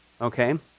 okay